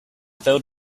filled